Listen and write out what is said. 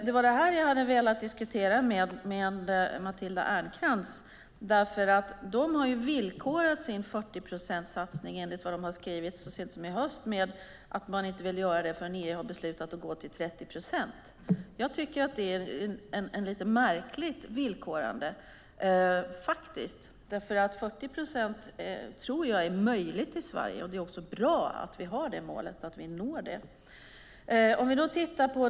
Det var detta jag hade velat diskutera med Matilda Ernkrans, för de har enligt vad de skrivit så sent som under hösten villkorat sin 40-procentssatsning med att man inte vill göra det förrän EU har beslutat att gå till 30 procent. Jag tycker att det är ett lite märkligt villkorande. 40 procent tror jag är möjligt i Sverige, och det är också bra att vi har det målet och att vi når det.